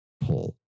pull